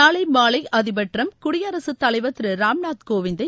நாளை மாலை அதிபர் டிரம்ப் குடியரசு தலைவர் திரு ராம்நாத் கோவிந்தை